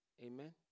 Amen